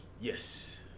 Yes